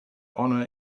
honour